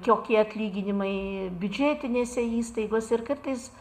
kokie atlyginimai biudžetinėse įstaigose ir kartais